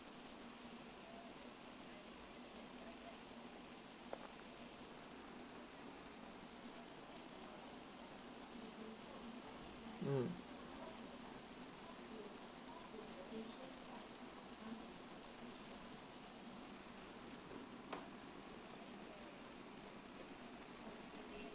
mm